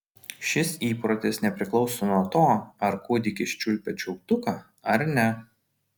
šis įprotis nepriklauso nuo to ar kūdikis čiulpia čiulptuką ar ne